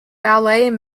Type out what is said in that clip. ballet